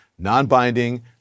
Non-binding